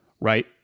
right